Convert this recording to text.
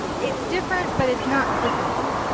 it's different but it's not difficult.